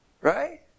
Right